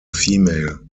female